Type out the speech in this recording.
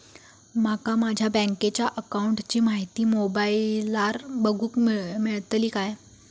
माका माझ्या बँकेच्या अकाऊंटची माहिती मोबाईलार बगुक मेळतली काय?